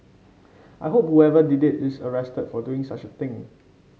I hope whoever did it is arrested for doing such a thing